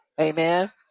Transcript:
Amen